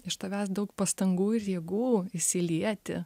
iš tavęs daug pastangų ir jėgų įsilieti